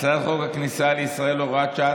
הצעת חוק הכניסה לישראל (הוראת שעה,